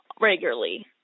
regularly